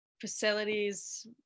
facilities